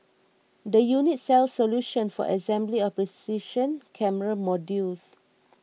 the unit sells solutions for assembly of precision camera modules